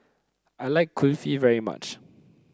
I like Kulfi very much